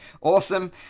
awesome